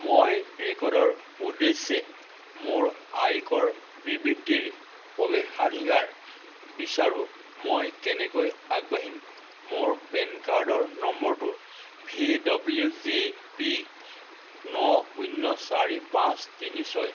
মই ৰেকৰ্ডৰ উদ্দেশ্যে মোৰ আয়কৰ বিবৃতিৰ প্ৰৱেশাধিকাৰ বিচাৰোঁ মই কেনেকৈ আগবাঢ়িম মোৰ পেন কাৰ্ডৰ নম্বৰটো ভি ডব্লিউ জে পি ন শূন্য চাৰি পাঁচ তিনি ছয়